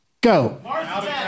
Go